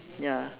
ya